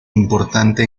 importante